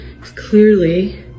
clearly